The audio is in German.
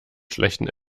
schlechten